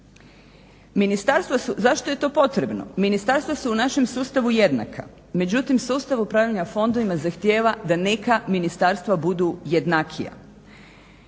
zašto je to potrebno, ministarstva su u našem sustavu jednaka. Međutim sustav upravljanja fondovima zahtjeva da neka ministarstva budu jednakija.